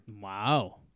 Wow